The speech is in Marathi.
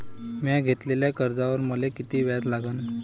म्या घेतलेल्या कर्जावर मले किती व्याज लागन?